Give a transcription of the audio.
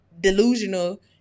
delusional